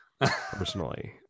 personally